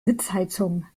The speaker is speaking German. sitzheizung